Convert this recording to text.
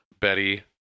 Betty